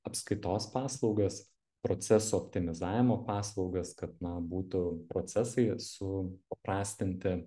apskaitos paslaugas procesų optimizavimo paslaugas kad na būtų procesai su paprastinti